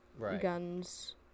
guns